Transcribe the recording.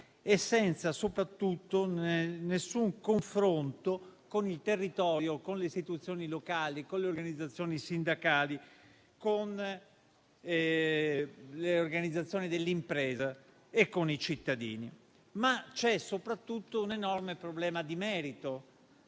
e senza soprattutto alcun confronto con il territorio, con le istituzioni locali, con le organizzazioni sindacali, dell'impresa e con i cittadini. Vi è, però, soprattutto un enorme problema di merito,